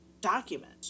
document